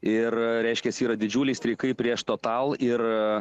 ir reiškiasi yra didžiuliai streikai prieš totalų ir